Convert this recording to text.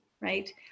right